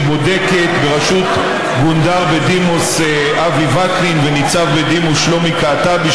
בראשות גונדר בדימוס אבי וקנין וניצב בדימוס שלמה קעטבי,